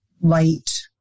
light